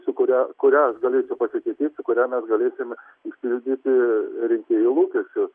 su kuria kuria aš galėsiu pasitikėt su kuriuo mes galėsim išpildyti rinkėjų lūkesčius